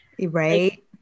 Right